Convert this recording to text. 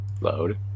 load